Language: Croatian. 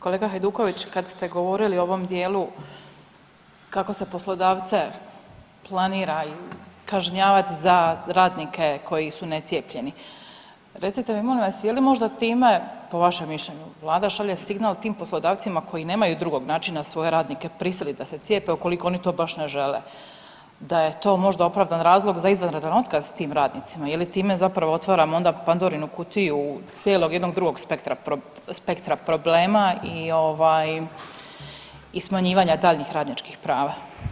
Kolega Hajduković kad ste govorili o ovom dijelu kako se poslodavce planira kažnjavat za radnike koji su necijepljeni, recite mi molim vas je li možda time po vašem mišljenju, Vlada šalje signal tim poslodavcima koji nemaju drugog načina svoje radnike prisilit da se cijepe ukoliko oni to baš ne žele, da je to možda opravdan razlog za izvanredan otkaz tim radnicima ili time zapravo otvaramo onda Pandorinu kutiju cijelog jednog drugog spektra problema i smanjivanja daljnjih radničkih prava?